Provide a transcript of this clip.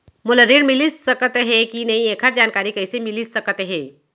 मोला ऋण मिलिस सकत हे कि नई एखर जानकारी कइसे मिलिस सकत हे?